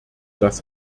das